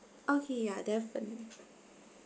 okay ya definitely